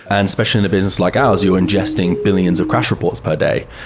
and especially in a business like ours, you're ingesting billions of crash reports per day.